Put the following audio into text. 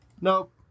Nope